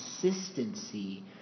consistency